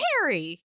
Harry